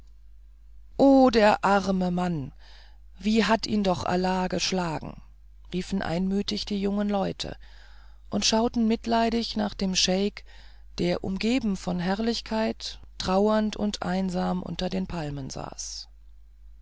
o der arme mann wie hat ihn doch allah geschlagen riefen einmütig die jungen leute und schauten mitleidig hin nach dem scheik der umgeben von herrlichkeit traurend und einsam unter den palmen saß